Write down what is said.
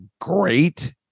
great